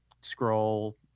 scroll